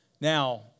Now